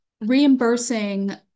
reimbursing